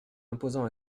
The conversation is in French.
imposant